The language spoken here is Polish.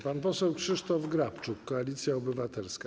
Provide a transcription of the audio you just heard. Pan poseł Krzysztof Grabczuk, Koalicja Obywatelska.